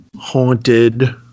haunted